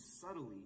subtly